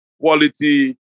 quality